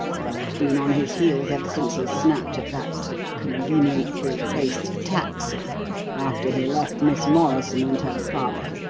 i've been on his heels ever since he snapped at that conveniently placed taxi after he left miss morrison and her father.